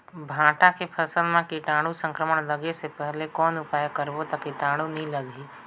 भांटा के फसल मां कीटाणु संक्रमण लगे से पहले कौन उपाय करबो ता कीटाणु नी लगही?